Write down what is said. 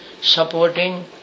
supporting